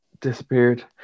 disappeared